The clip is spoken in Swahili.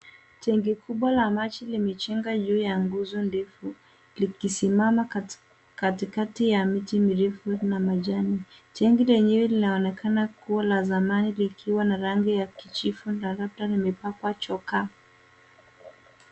Tenki kubwa la maji limejenga juu ya nguzo ndefu, likisimama katikati ya miti mirefu na majani. Tenki lenyewe linaonekana kuwa la zamani likiwa na rangi ya kijivu na labda limepakwa chokaa.